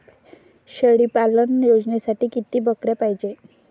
शेळी पालन योजनेसाठी किती बकऱ्या पायजे?